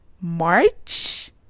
March